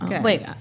Wait